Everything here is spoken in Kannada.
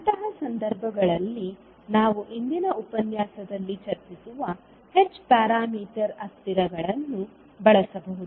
ಅಂತಹ ಸಂದರ್ಭಗಳಲ್ಲಿ ನಾವು ಇಂದಿನ ಉಪನ್ಯಾಸದಲ್ಲಿ ಚರ್ಚಿಸುವ h ಪ್ಯಾರಾಮೀಟರ್ ಅಸ್ಥಿರಗಳನ್ನು ಬಳಸಬಹುದು